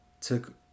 took